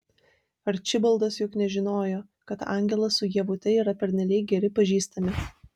arčibaldas juk nežinojo kad angelas su ievute yra pernelyg geri pažįstami